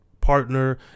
partner